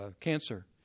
cancer